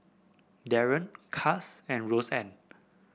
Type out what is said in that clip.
Daron Cas and Roseann